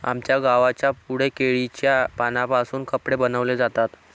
आमच्या गावाच्या पुढे केळीच्या पानांपासून कपडे बनवले जातात